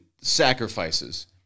sacrifices